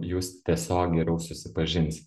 jūs tiesiog geriau susipažinsi